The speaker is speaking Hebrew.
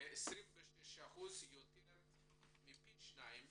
כ-26% - יותר מפי שניים